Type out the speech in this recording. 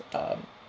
um